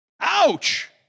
Ouch